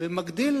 ומגדיל